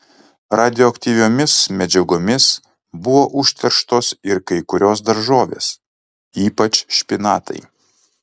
radioaktyviomis medžiagomis buvo užterštos ir kai kurios daržovės ypač špinatai